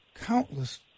countless